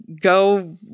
go